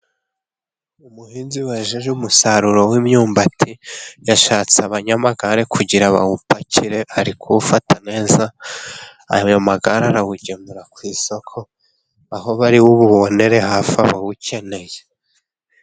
Umuhinzi wajeje umusaruro w'imyumbati. Yashatse abanyamagare kugira ngo bawupakire, ari kuwufata neza. Ayo magare arawugemura ku isoko, aho bari buwubonere hafi abawukeneye.